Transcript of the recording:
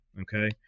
okay